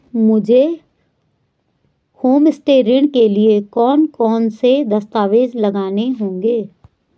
मुझे होमस्टे ऋण के लिए कौन कौनसे दस्तावेज़ लगाने होंगे?